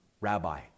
Rabbi